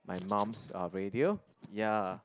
my mum's uh radio ya